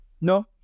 No